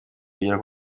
kugera